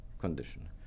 condition